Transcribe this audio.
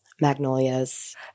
magnolias